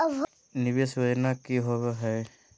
निवेस योजना की होवे है?